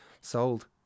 sold